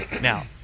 Now